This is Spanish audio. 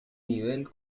nivel